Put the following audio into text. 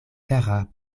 kara